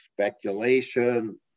speculation